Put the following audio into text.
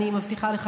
אני מבטיחה לך,